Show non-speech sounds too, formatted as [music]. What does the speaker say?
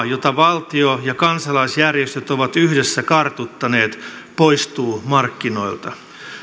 [unintelligible] jota valtio ja kansalaisjärjestöt ovat yhdessä kartuttaneet poistuu markkinoilta